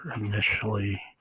initially